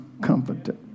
comforted